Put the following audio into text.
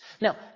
Now